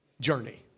journey